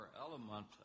element